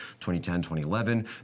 2010-2011